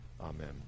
Amen